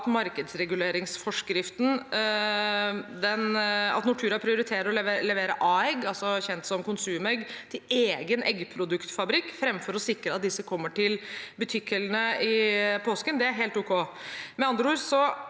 markedsreguleringsforskriften, at det at Nortura prioriterer å levere A-egg, kjent som konsumegg, til egen eggproduktfabrikk framfor å sikre at disse kommer til butikkhyllene i påsken, er helt ok.